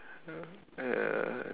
uh